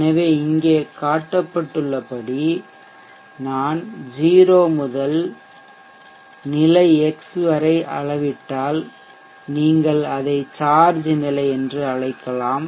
எனவே இங்கே காட்டப்பட்டுள்ளபடி நான் 0 முதல் நிலை x வரை அளவிட்டால் நீங்கள் அதை சார்ஜ் நிலை என்று அழைக்கலாம்